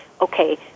okay